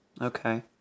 Okay